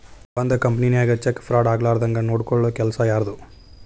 ಒಂದ್ ಕಂಪನಿನ್ಯಾಗ cheque fraud ಆಗ್ಲಾರ್ದಂಗ್ ನೊಡ್ಕೊಲ್ಲೊ ಕೆಲಸಾ ಯಾರ್ದು?